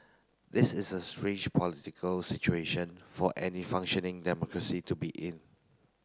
this is a strange political situation for any functioning democracy to be in